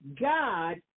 God